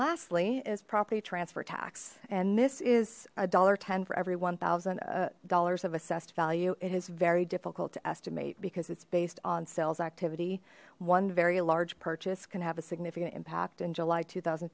lastly is property transfer tax and this is a dollar ten for every one thousand dollars of assessed value it is very difficult to estimate because it's based on sales activity one very large purchase can have a significant impact in july two thousand